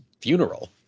funeral